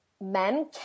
men